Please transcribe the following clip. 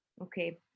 Okay